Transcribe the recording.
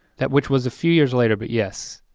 that which was a few years later, but yes.